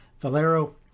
Valero